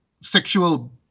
sexual